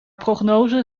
prognose